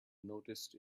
noticed